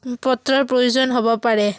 পত্ৰৰ প্ৰয়োজন হ'ব পাৰে